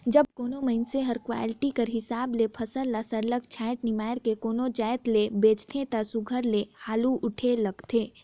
जब कोनो मइनसे हर क्वालिटी कर हिसाब ले फसल ल सरलग छांएट निमाएर के कोनो जाएत ल बेंचथे ता सुग्घर ले हालु उठे लगथे